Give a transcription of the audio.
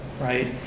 Right